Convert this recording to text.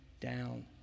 down